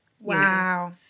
Wow